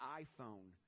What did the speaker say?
iphone